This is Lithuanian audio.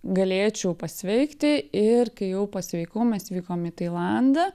galėčiau pasveikti ir kai jau pasveikau mes vykom į tailandą